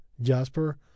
jasper